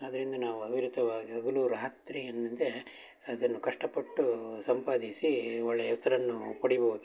ಆದ್ದರಿಂದ ನಾವು ಅವಿರತವಾಗಿ ಹಗಲು ರಾತ್ರಿ ಎನ್ನದೆ ಅದನ್ನು ಕಷ್ಟ ಪಟ್ಟು ಸಂಪಾದಿಸೀ ಒಳ್ಳೆಯ ಹೆಸರನ್ನು ಪಡಿಬೋದು